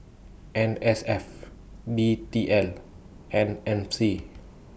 N S F D T L and M C